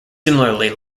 similarly